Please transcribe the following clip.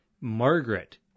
Margaret